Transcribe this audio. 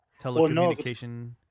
telecommunication